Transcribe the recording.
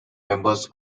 members